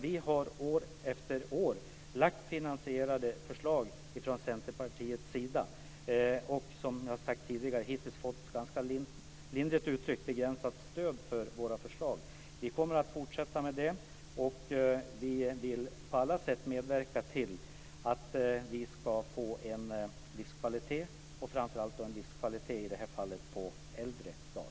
Vi har år efter år från Centerpartiet lagt fram finansierade förslag vilka vi, som jag tidigare sagt, hittills fått lindrigt uttryckt ganska begränsat stöd för. Vi kommer att fortsätta med det, och vi vill på alla sätt medverka till att vi ska få en livskvalitet och framför allt då livskvalitet i det här fallet på äldre dar.